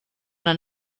una